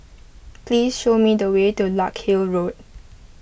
please show me the way to Larkhill Road